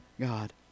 God